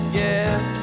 yes